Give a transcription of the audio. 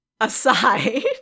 aside